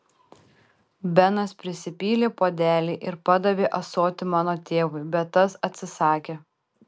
benas prisipylė puodelį ir padavė ąsotį mano tėvui bet tas atsisakė